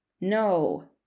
No